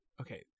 okay